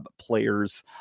players